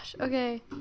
Okay